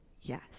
Yes